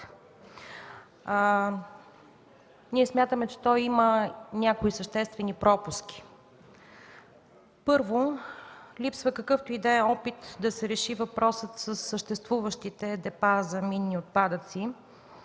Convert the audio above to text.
Ние смятаме, че той има някои съществени пропуски. Първо, липсва какъвто и да е опит да се реши въпросът със съществуващите депа за минни отпадъци,